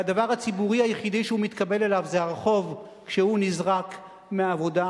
והדבר הציבורי היחידי שהוא מתקבל אליו זה הרחוב כשהוא נזרק מהעבודה,